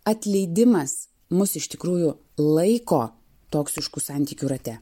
atleidimas mus iš tikrųjų laiko toksiškų santykių rate